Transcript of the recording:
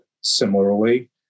Similarly